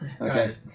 okay